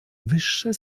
wyższe